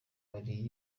wariye